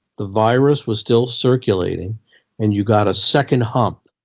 the virus was still circulating and you got a second hump,